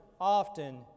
often